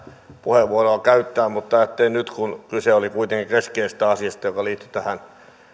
puheenvuoroa käyttää mutta ajattelin nyt käyttää kun kyse oli kuitenkin keskeisestä asiasta joka liittyi